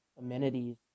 amenities